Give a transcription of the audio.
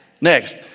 Next